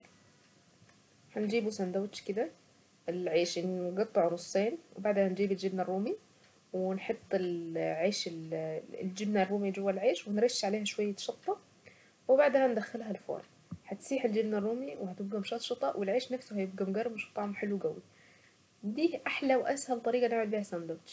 هنجيب سندوتش كده في العيش المقطع نصين وبعدين نجيب الجبنة الرومي ونحط العيش الجبنة الرومي جوة العيش ونرش عليها شوية شطة وبعدها ندخلها الفرن هتسيح الجبنة الرومي وهتبقى مشططة والعيش نفسه هيبقى مقرمش وطعمه حلو قوي دي احلى واسهل نعمل بها سندوتش.